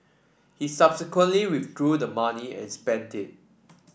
he subsequently withdrew the money and spent it